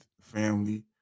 family